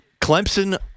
Clemson